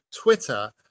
Twitter